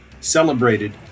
celebrated